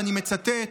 ואני מצטט,